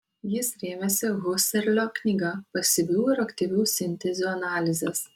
jis rėmėsi husserlio knyga pasyvių ir aktyvių sintezių analizės